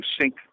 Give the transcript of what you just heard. sync